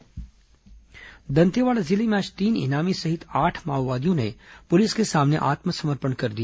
माओवादी आत्मसमर्पण दंतेवाड़ा जिले में आज तीन इनामी सहित आठ माओवादियों ने पुलिस के सामने आत्मसमर्पण कर दिया